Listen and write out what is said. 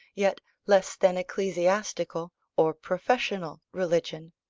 yet less than ecclesiastical, or professional religion.